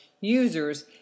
users